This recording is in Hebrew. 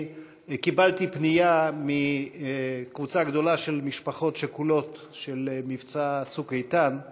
קיבלתי פנייה מקבוצה גדולה של משפחות שכולות של מבצע "צוק איתן";